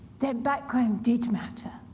then background did matter.